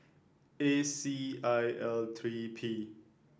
A C I L three P